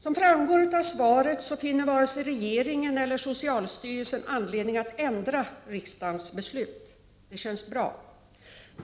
Som framgår av svaret finner varken regeringen eller socialstyrelsen anledning att ändra riksdagens beslut. Det känns bra.